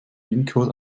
gewinncode